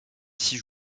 six